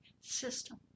system